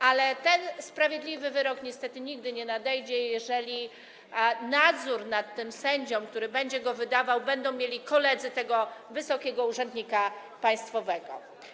Ale ten sprawiedliwy wyrok niestety nigdy nie nadejdzie, jeżeli nadzór nad sędzią, który będzie go wydawał, będą mieli koledzy tego wysokiego urzędnika państwowego.